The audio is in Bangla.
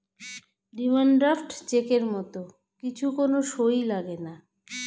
ডিমান্ড ড্রাফট চেকের মত কিছু কোন সই লাগেনা